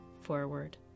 forward